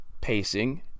pacing